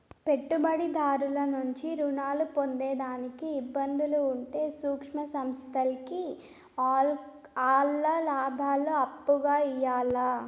పెట్టుబడిదారుల నుంచి రుణాలు పొందేదానికి ఇబ్బందులు ఉంటే సూక్ష్మ సంస్థల్కి ఆల్ల లాబాలు అప్పుగా ఇయ్యాల్ల